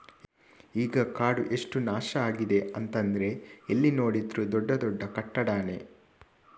ಈಗ ಕಾಡು ಎಷ್ಟು ನಾಶ ಆಗಿದೆ ಅಂತಂದ್ರೆ ಎಲ್ಲಿ ನೋಡಿದ್ರೂ ದೊಡ್ಡ ದೊಡ್ಡ ಕಟ್ಟಡಾನೇ